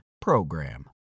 PROGRAM